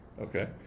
Okay